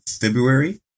February